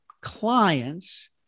clients